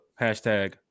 hashtag